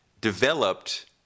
developed